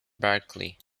berkley